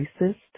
racist